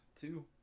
two